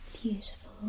Beautiful